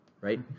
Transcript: right